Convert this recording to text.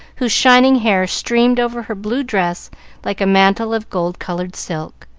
whose shining hair streamed over her blue dress like a mantle of gold-colored silk.